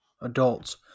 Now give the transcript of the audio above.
adults